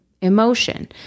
emotion